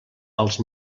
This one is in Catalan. als